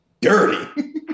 dirty